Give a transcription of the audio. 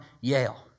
Yale